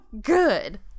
good